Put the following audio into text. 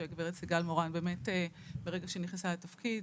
שהגב' סיגל מורן באמת מרגע שהיא נכנסה לתפקיד